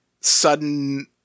sudden